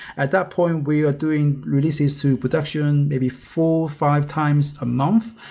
at that point, we are doing releases to production, maybe four, five times a month.